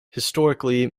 historically